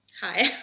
hi